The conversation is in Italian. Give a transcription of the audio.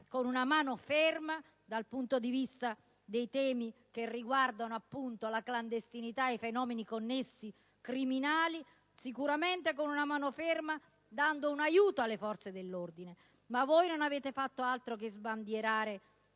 con una mano ferma, dal punto di vista dei temi che riguardano la clandestinità, i fenomeni connessi criminali: sicuramente con una mano ferma, dando un aiuto alle forze dell'ordine. Ma voi non avete fatto altro che sbandierare